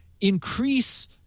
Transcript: increase